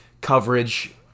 coverage